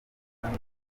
bimwe